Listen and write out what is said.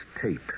tape